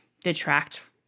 detract